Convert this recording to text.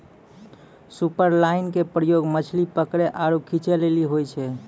superline के प्रयोग मछली पकरै आरु खींचै लेली होय छै